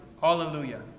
Hallelujah